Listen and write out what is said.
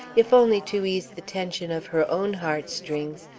if only to ease the tension of her own heartstrings,